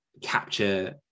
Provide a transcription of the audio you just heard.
capture